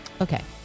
Okay